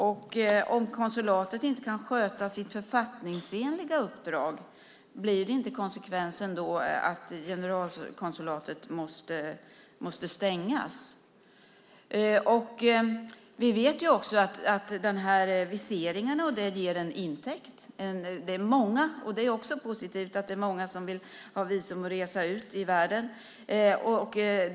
Om konsulatet inte kan sköta sitt författningsenliga uppdrag blir inte konsekvensen då att konsulatet måste stängas? Vi vet också att viseringen ger en intäkt. Det är också positivt att det är många som vill ha visum och resa ut i världen.